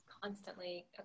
constantly